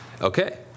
okay